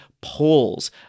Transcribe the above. polls